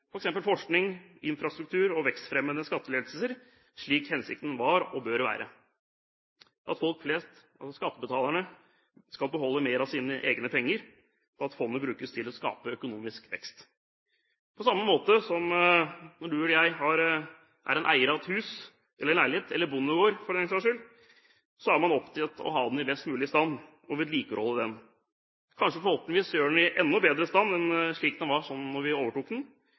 f.eks. forskning, infrastruktur og vekstfremmende skattelettelser, slik hensikten var og bør være, at folk flest, skattebetalerne, skal beholde mer av sine egne penger, og at fondet brukes til å skape økonomisk vekst. På samme måte som når du eller jeg er eier av et hus, en leilighet eller en bondegård, for den saks skyld, er vi opptatt av å ha den i best mulig stand, og vedlikeholder den. Kanskje, forhåpentligvis, gjør vi den i enda bedre stand enn den var da vi overtok den,